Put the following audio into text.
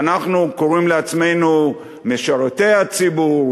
שאנחנו קוראים לעצמנו "משרתי הציבור",